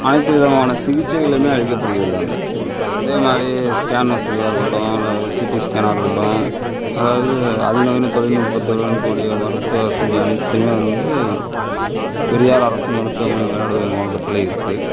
அனைத்து விதமான சிகிக்சைகளுமே அளிக்கப்படுகிறது அங்க இதேமாதிரி ஸ்கேன் வசதியாக இருக்கட்டும் அல்லது சிடிஸ்கேன்னா இருக்கட்டும் அதாவது அதிநவீன தொழில் நுட்பத்துடன் கூடிய மருத்துவ வசதி அனைத்துமே வந்து பெரியார் அரசு மருத்துவமனை மயிலாடுதுறை மாவட்டத்தில் இருக்கு